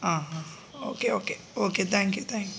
ആ ആ okay okay okay thank you thank U